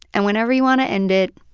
and whenever you want to end it,